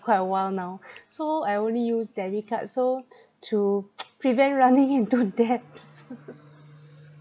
quite a while now so I only use debit card so to prevent running into debts